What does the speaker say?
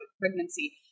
pregnancy